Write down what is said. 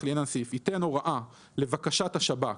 לעניין הסעיף - ייתן הוראה לבקשת השב"כ,